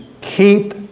Keep